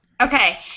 Okay